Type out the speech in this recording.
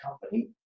company